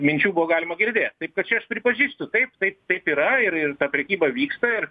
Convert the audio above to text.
minčių buvo galima girdėt taip kad čia aš pripažįstu taip taip taip yra ir ir prekyba vyksta ir